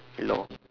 law